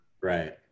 Right